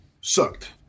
sucked